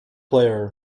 player